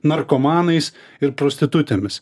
narkomanais ir prostitutėmis